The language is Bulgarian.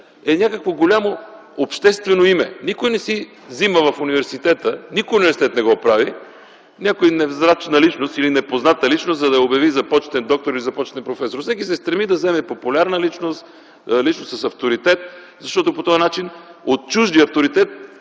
е някакво голямо обществено име. Никой в университета - никой университет не го прави - не си взима някоя невзрачна или непозната личност, за да я обяви за почетен доктор и за почетен професор. Всеки университет се стреми да вземе популярна личност, личност с авторитет, защото по този начин от чуждия авторитет